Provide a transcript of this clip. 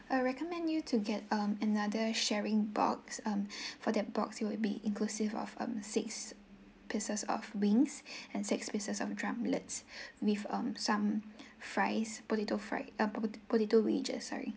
I recommend you to get um another sharing box um for that box it will be inclusive of um six pieces of wings and six pieces of drumlets with um some fries potato fried um pot~ potato wedges sorry